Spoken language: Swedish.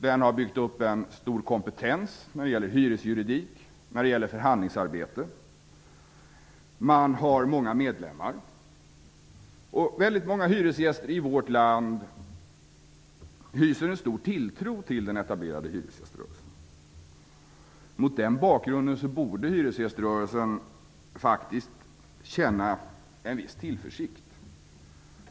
Den har byggt upp en stor kompetens när det gäller hyresjuridik och förhandlingsarbete. Man har många medlemmar. Väldigt många hyresgäster i vårt land hyser en stor tilltro till den etablerade hyresgäströrelsen. Mot den bakgrunden borde hyresgäströrelsen faktiskt känna en viss tillförsikt.